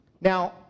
now